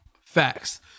Facts